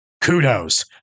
kudos